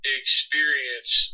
experience